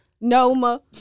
Noma